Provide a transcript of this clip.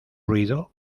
ruido